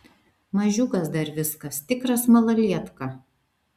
mažiukas dar viskas tikras malalietka